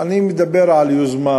אני מדבר על יוזמה.